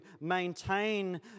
maintain